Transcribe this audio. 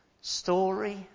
story